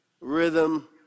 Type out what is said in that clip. rhythm